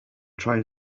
trying